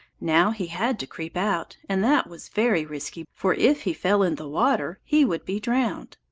now he had to creep out, and that was very risky. for if he fell in the water he would be drowned.